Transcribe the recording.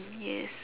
yes